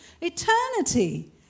eternity